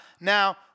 now